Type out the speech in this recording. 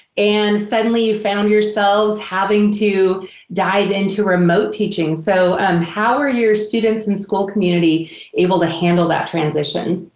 and suddenly you found yourselves having to dive into remote teaching. so, um how were your students and school community able to handle that transition